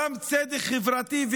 גם צדק חברתי,